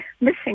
missing